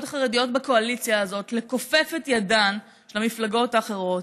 החרדיות בקואליציה הזאת לכופף את ידן של המפלגות האחרות.